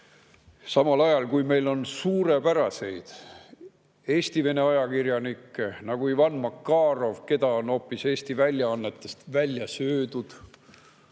samal ajal kui meil on suurepäraseid Eesti vene ajakirjanikke, nagu Ivan Makarov, kes on Eesti väljaannetest hoopis välja söödud.